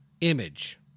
image